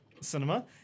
cinema